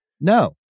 No